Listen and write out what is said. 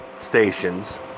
stations